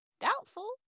Doubtful